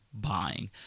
buying